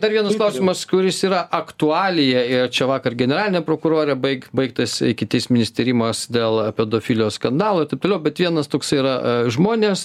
dar vienas klausimas kuris yra aktualija ir čia vakar generalinė prokurore baik baigtas ikiteisminis tyrimas dėl pedofilijos skandalo taip toliau bet vienas toks yra žmonės